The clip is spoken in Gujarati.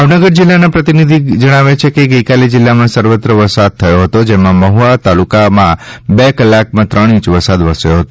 ભાવનગર જીલ્લાના પ્રતિનિધિ જણાવે છે કે ગઈકાલે જીલ્લામાં સર્વત્ર વરસાદ થયો હતો જેમાં મહુવા તાલુકામાં બે કલાકમાં ત્રણ ઈંચ વરસાદ વરસ્યો હતો